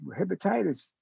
hepatitis